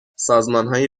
سازمانهای